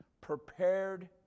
Prepared